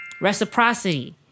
Reciprocity